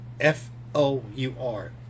F-O-U-R